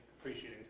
appreciating